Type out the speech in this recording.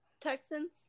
Texans